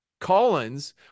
Collins